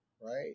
Right